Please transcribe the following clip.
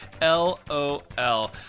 L-O-L